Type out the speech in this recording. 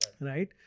right